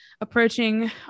approaching